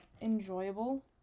enjoyable